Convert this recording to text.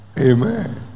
Amen